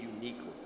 uniquely